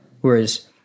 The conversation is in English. Whereas